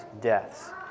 deaths